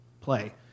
play